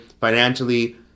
financially